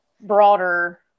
broader